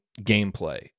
gameplay